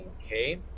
Okay